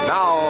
Now